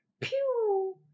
pew